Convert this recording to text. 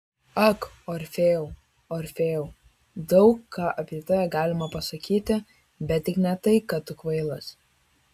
ak orfėjau orfėjau daug ką apie tave galima pasakyti bet tik ne tai kad tu kvailas